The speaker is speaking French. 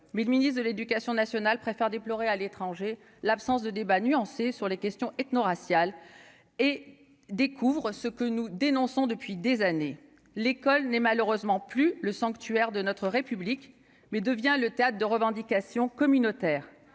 mais le ministre de l'Éducation nationale préfère déplorer à l'étranger, l'absence de débat nuancé sur les questions ethno-raciale et découvrent ce que nous dénonçons depuis des années, l'école n'est malheureusement plus le sanctuaire de notre République, mais devient le théâtre de revendications communautaires,